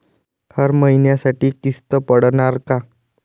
हर महिन्यासाठी किस्त पडनार का?